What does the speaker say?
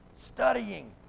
studying